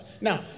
Now